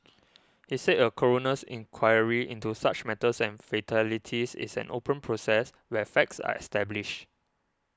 he said a coroner's inquiry into such matters and fatalities is an open process where facts are established